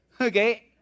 okay